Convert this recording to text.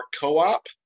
co-op